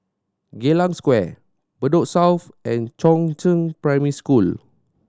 Geylang Square Bedok South and Chongzheng Primary School